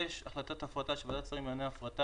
יש החלטת הפרטה של ועדת שרים לענייני הפרטה,